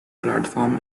platform